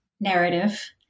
narrative